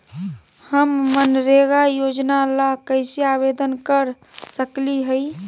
हम मनरेगा योजना ला कैसे आवेदन कर सकली हई?